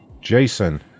Jason